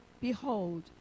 behold